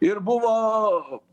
ir buvo